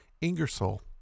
Ingersoll